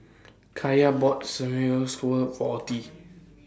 Kaya bought For Ottie